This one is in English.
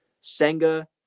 Senga